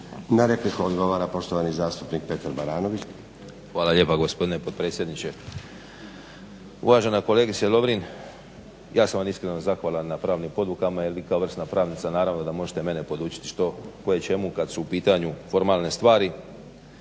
Na repliku odgovara poštovani zastupnik Petar Baranović.